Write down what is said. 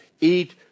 eat